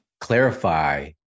clarify